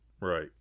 Right